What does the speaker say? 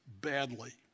badly